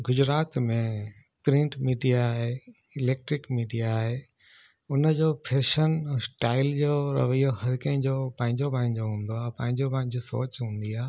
गुजरात में print media आहे electric media आहे उन जो फैशन स्टाइल जो रवइयो हर कंहिंजो पंहिंजो पंहिंजो हूंदो आहे पंहिंजो पंहिंजो सोच हूंदी आहे